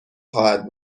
خواهد